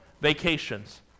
vacations